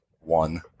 one